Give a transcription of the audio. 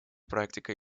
практикой